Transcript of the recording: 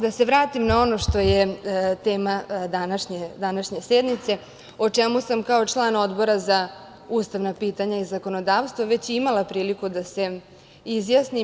Da se vratim na ono što je tema današnje sednice, o čemu sam kao član Odbora za ustavna pitanja i zakonodavstvo već imala priliku da se izjasnim.